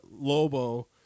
Lobo